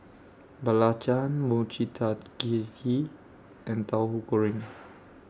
Belacan Mochi and Tahu Goreng